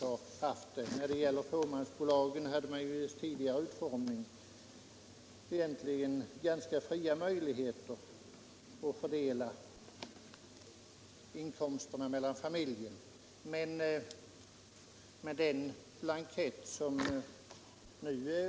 Vid den tidigare utformningen av fåmansbolagen hade man ganska stora möjligheter att fritt fördela inkomsterna mellan familjens medlemmar.